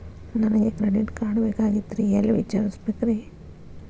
ನನಗೆ credit card ಬೇಕಾಗಿತ್ರಿ ಎಲ್ಲಿ ವಿಚಾರಿಸಬೇಕ್ರಿ?